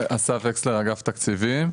אסף וקסלר, אגף התקציבים.